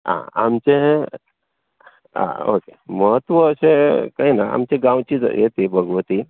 आं आमचें आ ओके महत्व अशें कांय ना आमची गांवची हें ती भगवती